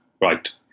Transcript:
right